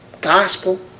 gospel